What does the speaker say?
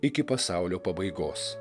iki pasaulio pabaigos